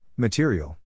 Material